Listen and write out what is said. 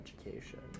Education